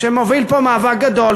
שמוביל פה מאבק גדול,